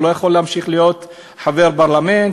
הוא לא יכול להמשיך להיות חבר פרלמנט,